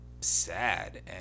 sad